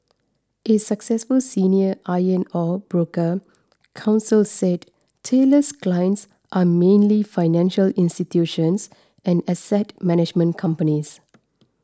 a successful senior iron ore broker counsel said Taylor's clients are mainly financial institutions and asset management companies